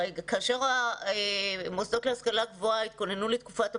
כאשר המוסדות להשכלה גבוהה התכוננו לתקופת הבחינות,